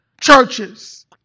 churches